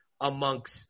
amongst